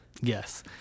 yes